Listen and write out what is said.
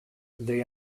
they